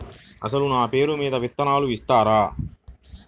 అసలు నా పేరు మీద విత్తనాలు ఇస్తారా?